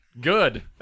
Good